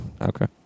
Okay